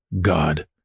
God